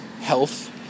health